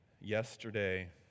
yesterday